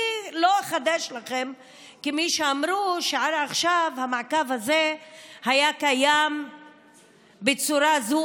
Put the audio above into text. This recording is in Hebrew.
אני לא אחדש לכם כמי שאומרת שעד עכשיו המעקב הזה היה קיים בצורה זו